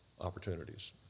opportunities